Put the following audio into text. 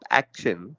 action